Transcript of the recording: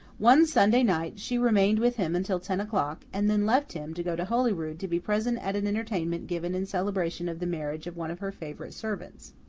one sunday night, she remained with him until ten o'clock, and then left him, to go to holyrood to be present at an entertainment given in celebration of the marriage of one of her favourite servants.